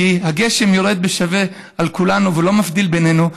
כי הגשם יורד שווה בשווה על כולנו והוא לא מבדיל בינינו.